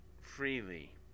freely